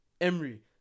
Emery